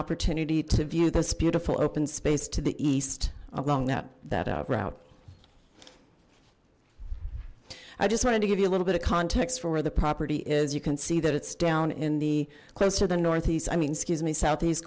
opportunity to view this beautiful open space to the east along that that uh route i just wanted to give you a little bit of context for where the property is you can see that it's down in the closer than northeast i mean excuse me southeast